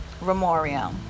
memorial